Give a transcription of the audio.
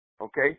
Okay